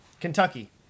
Kentucky